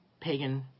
pagan